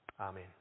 Amen